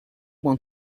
want